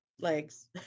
legs